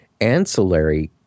ancillary